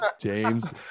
James